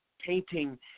painting